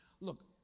Look